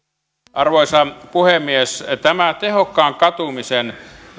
arvoisa puhemies tämä tehokkaan katumisen